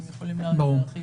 ברור.